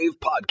Podcast